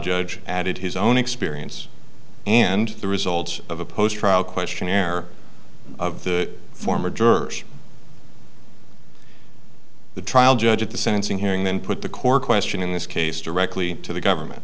judge added his own experience and the results of a post trial questionnaire of the former jurors the trial judge at the sentencing hearing then put the core question in this case directly to the government